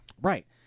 Right